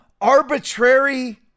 arbitrary